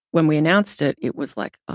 when we announced it it was like, oh,